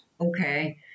okay